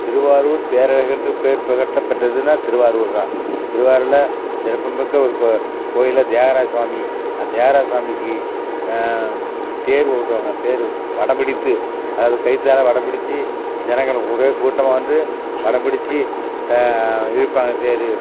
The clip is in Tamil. திருவாரூர் தேரழகன்று பேர் பெறப்பட்றதுன்னா திருவாரூர் தான் திருவாரூரில் சிறப்பு மிக்க ஒரு கோ கோயிலில் தியாகராஜ சுவாமி அந்த தியாகராஜ சுவாமிக்கு தேர் ஓட்டுவாங்க தேர் வடம் பிடித்து அதாவது கயிற்றால வடம் பிடித்து ஜனங்களெல்லாம் ஒரே கூட்டமாக வந்து வடம் பிடித்து த இழுப்பாங்க தேர்